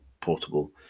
portable